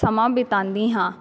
ਸਮਾਂ ਬਿਤਾਉਂਦੀ ਹਾਂ